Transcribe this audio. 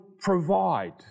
provide